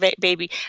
baby